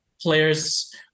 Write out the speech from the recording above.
players